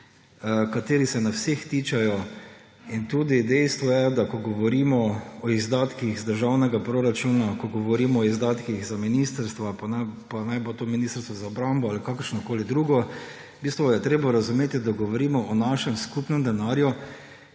katere se nas vseh tičejo. Tudi dejstvo je, da ko govorimo o izdatkih iz državnega proračuna, ko govorimo o izdatkih za ministrstva, pa naj bo to Ministrstvo za obrambo ali kakršnokoli drugo, v bistvu je treba razumeti, da govorimo o našem skupnem denarju.